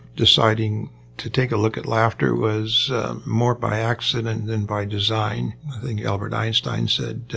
deciding to take a look at laughter was more by accident than by design. i think albert einstein said